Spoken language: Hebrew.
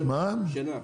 בדרך כלל שנה.